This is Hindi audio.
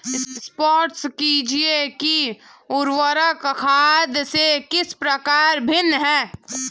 स्पष्ट कीजिए कि उर्वरक खाद से किस प्रकार भिन्न है?